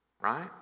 right